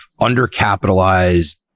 undercapitalized